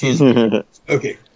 Okay